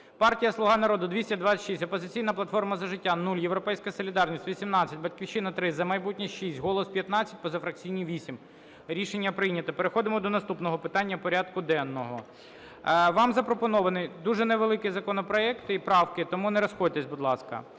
Партія "Слуга народу" - 226, "Опозиційна платформа – За життя" – 0, "Європейська солідарність" – 18, "Батьківщина" – 3, "За майбутнє" – 6, "Голос" – 15, позафракційні – 8. Рішення прийнято. Переходимо до наступного питання порядку денного. Вам запропонований дуже невеликий законопроект і правки, тому не розходьтесь, будь ласка.